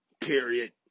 period